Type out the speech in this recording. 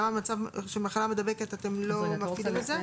למה במצב של מחלה מידבקת אתם לא מפעילים את זה.